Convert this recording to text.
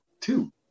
two